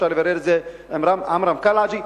אפשר לברר את זה עם עמרם קלעג'י.